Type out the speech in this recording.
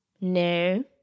No